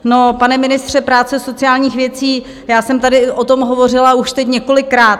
No pane ministře práce a sociálních věcí, já jsem tady o tom hovořila už teď několikrát.